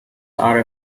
are